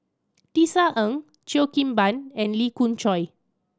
Tisa Ng Cheo Kim Ban and Lee Khoon Choy